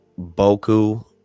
boku